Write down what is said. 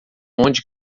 onde